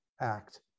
act